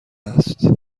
است